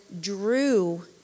drew